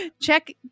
check